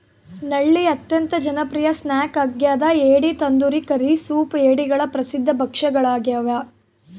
ನಳ್ಳಿ ಅತ್ಯಂತ ಜನಪ್ರಿಯ ಸ್ನ್ಯಾಕ್ ಆಗ್ಯದ ಏಡಿ ತಂದೂರಿ ಕರಿ ಸೂಪ್ ಏಡಿಗಳ ಪ್ರಸಿದ್ಧ ಭಕ್ಷ್ಯಗಳಾಗ್ಯವ